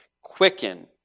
Quicken